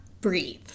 breathe